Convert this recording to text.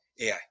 AI